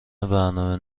برنامه